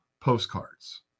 postcards